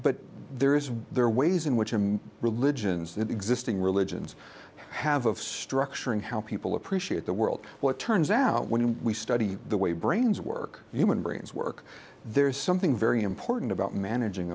but there is there are ways in which i'm religions that existing religions have of structuring how people appreciate the world what turns out when we study the way brains work human brains work there's something very important about managing